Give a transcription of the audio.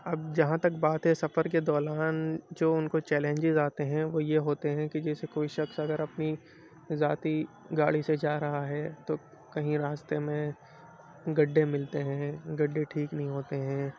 اب جہاں تک بات ہے سفر کے دوران جو ان کو چیلنجیز آتے ہیں وہ یہ ہوتے ہیں کہ جیسے کوئی شخص اگر اپنی ذاتی گاڑی سے جا رہا ہے تو کہیں راستے میں گڈھے ملتے ہیں گڈھے ٹھیک نہیں ہوتے ہیں